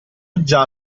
già